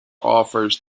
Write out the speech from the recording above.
offers